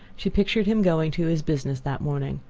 she pictured him going to his business that morning.